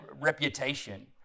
reputation